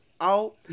out